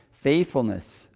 faithfulness